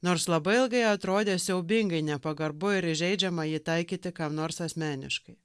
nors labai ilgai atrodė siaubingai nepagarbu ir įžeidžiama jį taikyti kam nors asmeniškai